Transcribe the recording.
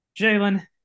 Jalen